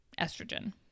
estrogen